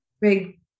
big